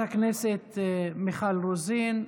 חברת הכנסת מיכל רוזין,